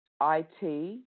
I-T